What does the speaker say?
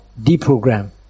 deprogram